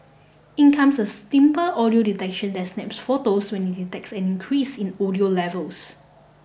in comes a simple audio detection that snaps photos when it detects an increase in audio levels